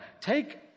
Take